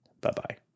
Bye-bye